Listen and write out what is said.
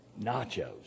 nachos